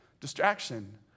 Distraction